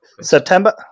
September